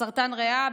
סרטן ריאה,